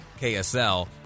KSL